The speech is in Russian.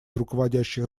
руководящих